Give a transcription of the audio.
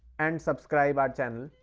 and subscribe our channel.